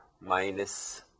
minus